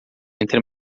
entre